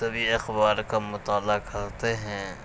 سبھی اخبار کا مطالعہ کرتے ہیں